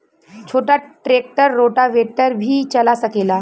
छोटा tractor rotavator भी चला सकेला?